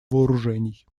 вооружений